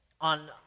on